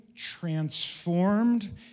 transformed